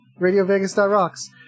RadioVegas.rocks